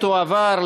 התשע"ו 2016,